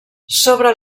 sobre